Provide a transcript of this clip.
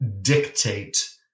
dictate